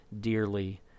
dearly